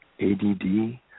ADD